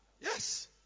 Yes